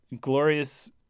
glorious